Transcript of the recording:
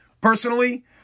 Personally